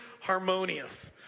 harmonious